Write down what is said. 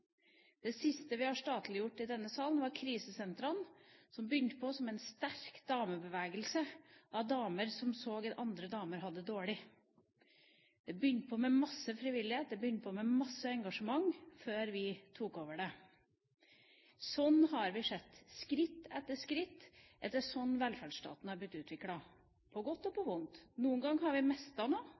Det siste vi har statliggjort i denne salen, var krisesentrene, som begynte som en sterk damebevegelse, en bevegelse av damer som så at andre damer hadde det dårlig. Det begynte med masse frivillighet, det begynte med masse engasjement, før vi tok over det. Sånn har vi sett, skritt for skritt, at velferdsstaten har blitt utviklet – på godt og på vondt. Noen ganger har vi